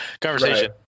conversation